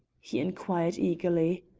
he inquired eagerly.